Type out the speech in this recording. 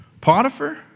Potiphar